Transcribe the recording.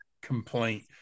complaint